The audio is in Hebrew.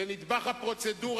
בנדבך הפרוצדורה,